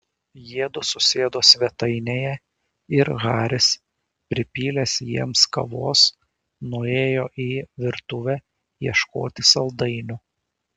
jiedu susėdo svetainėje ir haris pripylęs jiems kavos nuėjo į virtuvę ieškoti saldainių